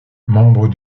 membre